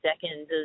second